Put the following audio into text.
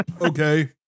Okay